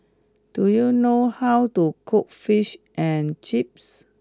do you know how to cook Fish and Chips